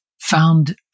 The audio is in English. found